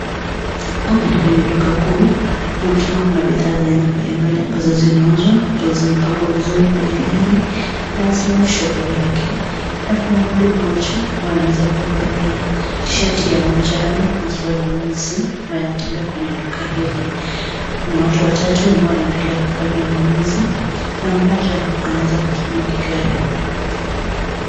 Hapa ni duka kuu na tunaona bidhaa ya aina mbalimbali zinayouzwa ambayo imepangwa vizuri kwenye laini na zinaonyesha bei yake na kuna mtu mmoja ambaye ameweza kavalia Tshati ya manjano na suruali nyeusi ambaye anatembea kwenye duka hili. kuna watu watatu ambao wanaendelea na kufanya ununuzi na moja anaweza kusukuma kigari.